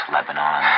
Lebanon